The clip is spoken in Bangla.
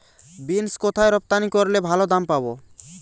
বিন্স কোথায় রপ্তানি করলে ভালো দাম পাব?